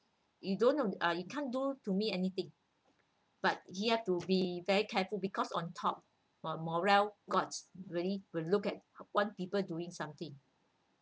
you don't uh you can't do to me anything but he have to be very careful because on top while moral~ god really will look at one people doing something